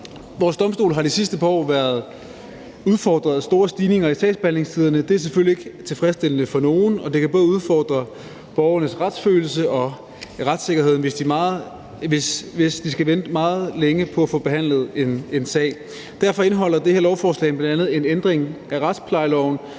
Vores domstole har de sidste par år været udfordrede af store stigninger i sagsbehandlingstiderne. Det er selvfølgelig ikke tilfredsstillende for nogen, og det kan både udfordre borgernes retsfølelse og retssikkerheden, hvis de skal vente meget længe på at få behandlet en sag. Derfor indeholder det her lovforslag bl.a. en ændring af retsplejeloven,